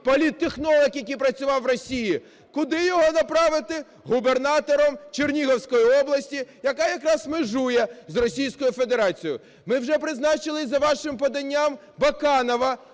політтехнолог, який працював у Росії. Куди його направити? Губернатором Чернігівської області, яка якраз межує з Російською Федерацією. Ми вже призначили за вашим поданням Баканова,